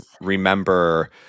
remember